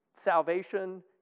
salvation